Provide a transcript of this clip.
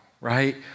right